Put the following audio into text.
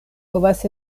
povas